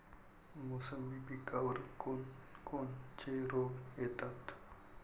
मोसंबी पिकावर कोन कोनचे रोग येतात?